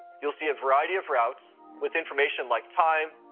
you'll see a variety of routes with information like time,